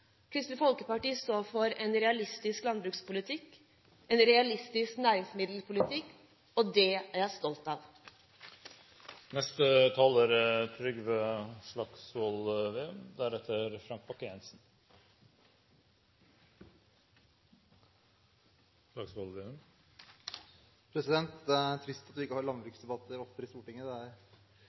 Kristelig Folkeparti står for en realistisk landbrukspolitikk, en realistisk næringsmiddelpolitikk, og det er jeg stolt av. Det er trist at vi ikke har landbruksdebatter oftere i Stortinget – det er lærerikt, spennende og mange friske innlegg. Debatten har